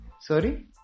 Sorry